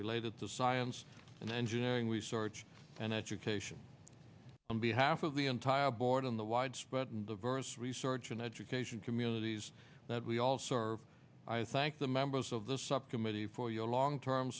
related to science and engineering research and education on behalf of the entire board in the widespread and diverse research and education communities that we all serve i thank the members of the subcommittee for your long term